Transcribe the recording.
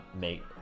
make